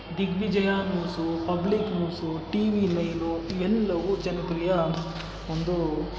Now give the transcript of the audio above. ದಿಗ್ವಿಜಯ news public news TV nine ಇವೆಲ್ಲವು ಜನಪ್ರಿಯ ಒಂದು